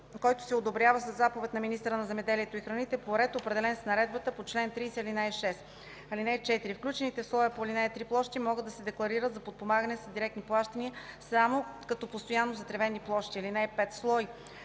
който се одобрява със заповед на министъра на земеделието и храните, по ред, определен в наредбата по чл. 30, ал. 6. (4) Включените в слоя по ал. 3 площи могат да се декларират за подпомагане с директни плащания само като постоянно затревени площи. (5) Слой